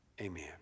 amen